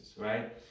Right